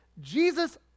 Jesus